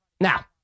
Now